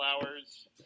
Flowers